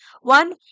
one